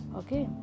okay